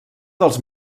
dels